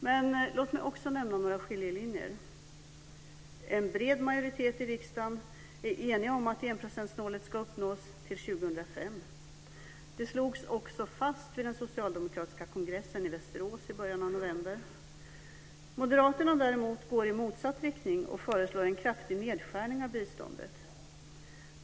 Men låt mig också nämna några skiljelinjer. En bred majoritet i riksdagen är eniga om att enprocentsmålet ska uppnås till 2005. Det slogs också fast vid den socialdemokratiska kongressen i Västerås i början av november. Moderaterna däremot går i motsatt riktning och föreslår en kraftig nedskärning av biståndet.